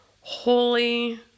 Holy